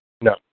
No